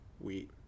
Wheat